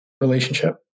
relationship